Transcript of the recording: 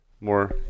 more